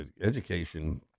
Education